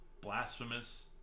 Blasphemous